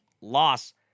loss